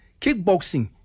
kickboxing